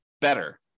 better